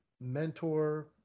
mentor